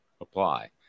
apply